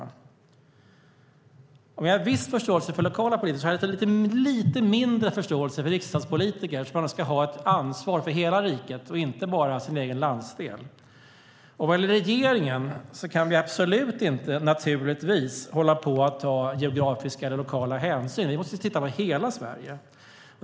Och om jag har viss förståelse för lokala politiker har jag lite mindre förståelse för riksdagspolitiker som ska ha ansvar för hela riket, inte bara sin egen landsdel. När det gäller regeringen kan vi naturligtvis inte, absolut inte, hålla på att ta geografiska eller lokala hänsyn. Vi måste titta på hela Sverige.